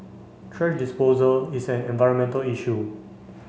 thrash disposal is an environmental issue